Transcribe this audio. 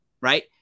right